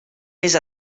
més